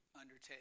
undertake